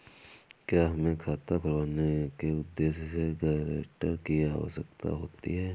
क्या हमें खाता खुलवाने के उद्देश्य से गैरेंटर की आवश्यकता होती है?